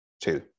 two